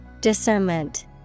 Discernment